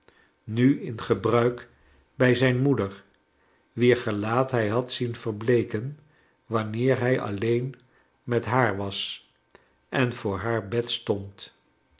nu in gebruik bij zijn moeder wier gelaat hij had zien verbleeken wanneer hij alleein met haar was en voor haar bed stond